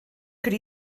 could